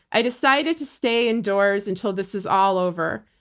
i decided to stay indoors until this is all over.